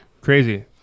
Crazy